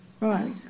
Right